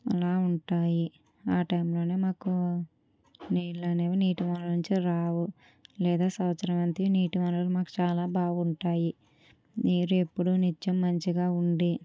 అలా ఉంటాయి ఆ టైంలోనే మాకు నీళ్లు అనేవి నీటి వనరుల నుంచి రావు లేదా సంవత్సరం అంతా నీటి వనరులు మాకు చాలా బాగుంటాయి నీరు ఎప్పుడు నిత్యం మంచిగా ఉండి